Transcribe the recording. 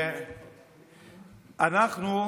אנחנו,